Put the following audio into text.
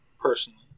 personally